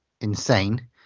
insane